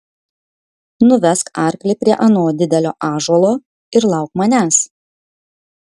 nuvesk arklį prie ano didelio ąžuolo ir lauk manęs